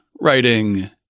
writing